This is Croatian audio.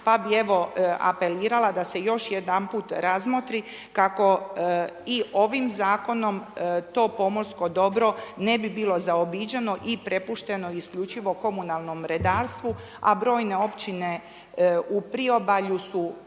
pa bi evo apelirala da se još jedanput razmotri kako i ovim Zakonom to pomorsko dobro ne bi bilo zaobiđeno i prepušteno isključivo komunalnom redarstvu, a brojne Općine u priobalju su